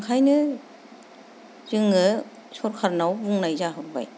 ओंखायनो जोङो सोरकारनाव बुंनाय जाहरबाय